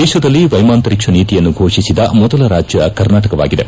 ದೇಶದಲ್ಲಿ ವೈಮಾಂತರಿಕ್ಷ ನೀತಿಯನ್ನು ಘೋಷಿಸಿದ ಮೊದಲ ರಾಜ್ಯ ಕರ್ನಾಟಕವಾಗಿದೆ